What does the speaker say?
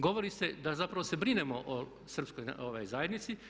Govori se, da zapravo se brinemo o srpskoj zajednici.